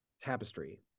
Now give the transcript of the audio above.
tapestry